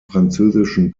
französischen